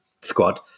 squad